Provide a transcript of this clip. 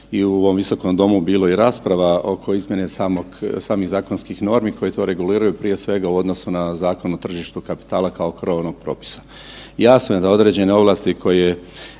i u ovom visokom domu bilo je i rasprava oko izmjene samog, samih zakonskih normi koje to reguliraju prije svega u odnosu na Zakon o tržištu kapitala kao krovnog propisa. Jasno je da određene ovlasti koje